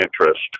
interest